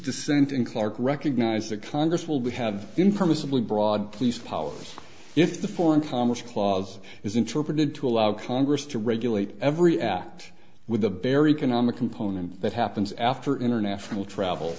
dissenting clark recognize that congress will be have been permissibly broad police powers if the foreign commerce clause is interpreted to allow congress to regulate every act with a bare economic component that happens after international travel